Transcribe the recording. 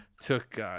took